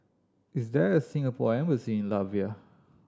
is there a Singapore Embassy in Latvia